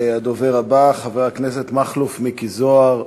הדובר הבא, חבר הכנסת מכלוף מיקי זוהר,